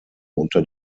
unter